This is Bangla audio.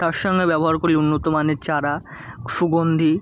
তার সঙ্গে ব্যবহার করি উন্নত মানের চারা সুগন্ধী